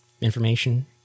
information